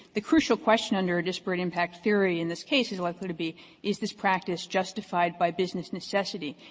the crucial question under a disparate impact theory in this case is likely to be is this practice justified by business necessity.